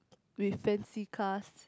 with fancy cars